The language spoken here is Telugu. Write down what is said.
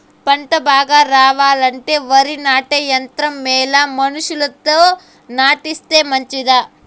పంట బాగా రావాలంటే వరి నాటే యంత్రం మేలా మనుషులతో నాటిస్తే మంచిదా?